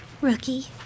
Rookie